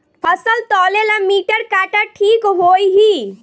फसल तौले ला मिटर काटा ठिक होही?